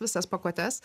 visas pakuotes